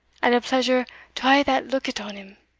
and a pleasure to a' that lookit on him